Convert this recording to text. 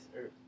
earth